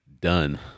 done